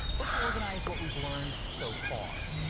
let's organize what we've learned so far.